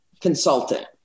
consultant